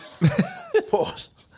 Pause